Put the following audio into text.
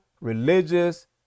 religious